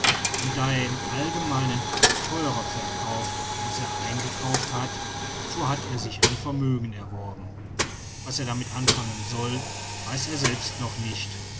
und da er im allgemeinen theurer verkaufte als er eingekauft hat so hat er sich ein vermögen erworben was er damit anfangen soll weiß er selbst noch nicht